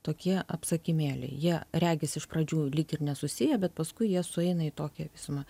tokie apsakymėliai jie regis iš pradžių lyg ir nesusiję bet paskui jie sueina į tokią visumą